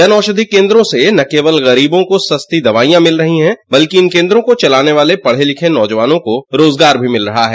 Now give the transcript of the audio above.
जन औषधि कोन्द्रों से न केवल गरीबों को सस्ती दवाईयां मिल रही हैं बल्कि इन कोन्दों को चलाने वाले पढ़े लिखे नौजवानों को रोजगार भी मिल रहा है